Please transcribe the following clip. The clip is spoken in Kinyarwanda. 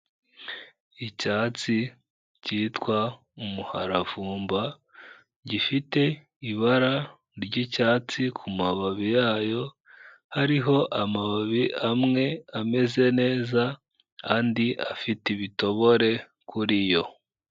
Icyatsi cyitwa umuharavumba, gifite ibara ry'icyatsi ku mababi yayo, hariho amababi amwe ameze neza, andi afite ibitobore kuri yo.